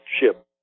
ship